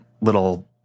little